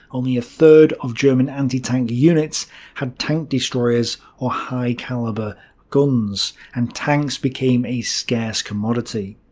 only a third of german anti-tank units had tank destroyers or high-calibre guns, and tanks became a scarce commodity.